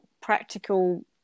practical